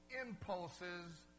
impulses